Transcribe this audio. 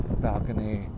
balcony